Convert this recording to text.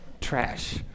trash